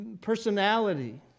personality